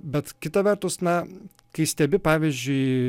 bet kita vertus na kai stebi pavyzdžiui